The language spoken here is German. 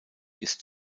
ist